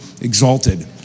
exalted